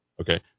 okay